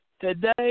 today